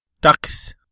ducks